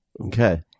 Okay